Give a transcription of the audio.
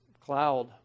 cloud